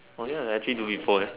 orh ya I actually do before eh